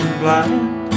blind